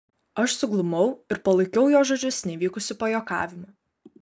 aš suglumau ir palaikiau jo žodžius nevykusiu pajuokavimu